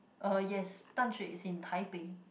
oh yes Dan-Shui is in Tai-Pei